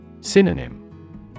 Synonym